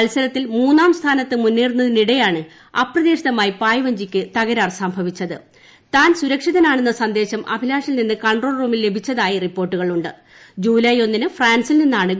മത്സരത്തിൽ മൂന്നാം സ്ഥാനത്ത് മുന്നേറുന്നതിനിടെയാണ് അപ്രത്രീക്ഷിതമായി പായ് വഞ്ചിക്ക് തകരാർ സംഭവിച്ചത് താൻ സുരക്ഷിതനാണെന്നു സ്ന്ദേശം അഭിലാഷിൽ നിന്ന് കൺട്രോൾ റൂമിൽ ലഭിച്ചതായി റിപ്പോർട്ടുകൾ ജൂലൈ ഒന്നിന് ഫ്രാൻസിൽ ്നിന്നാണ് ഉണ്ട്